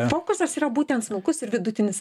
fokusas yra būtent smulkus ir vidutinis